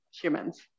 humans